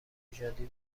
نژادی